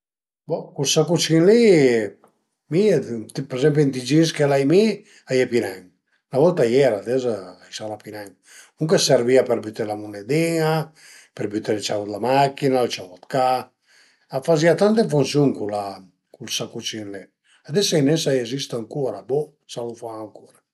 Bo cul sacucin li, mi per ezempi ënt i jeans che l'ai mi a ie pi nen, 'na volta a iera, ades a i sarà pi nen, comuncue a servìa per büté la munedin-a, për büté le ciau d'la machin-a, le ciau d'ca, a fazìa tante funsiun cula, cul sacucin li, ades sai nen se a esista ancura, bo s'a lu fan ancura